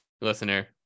listener